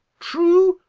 true!